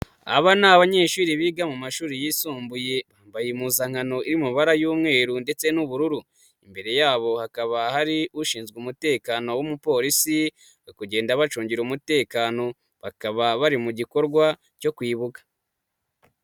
Aba ni abanyeshuri biga mu mashuri yisumbuye, bambaye impuzankano y'amabara y'umweru ndetse n'ubururu, imbere yabo hakaba hari ushinzwe umutekano w'umupolisi, ari kugenda abacungira umutekano, bakaba bari mu gikorwa cyo kwibuka.